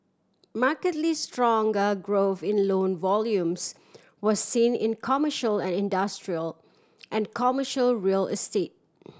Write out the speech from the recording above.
markedly stronger growth in loan volumes was seen in commercial and industrial and commercial real estate